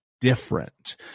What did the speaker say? different